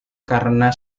karena